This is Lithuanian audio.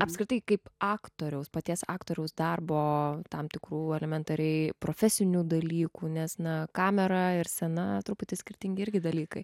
apskritai kaip aktoriaus paties aktoriaus darbo tam tikrų elementariai profesinių dalykų nes na kamera ir scena truputį skirtingi irgi dalykai